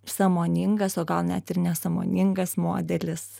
sąmoningas o gal net ir nesąmoningas modelis